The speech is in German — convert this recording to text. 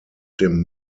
dem